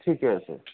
ঠিকেই আছে